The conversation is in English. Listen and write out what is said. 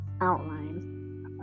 outline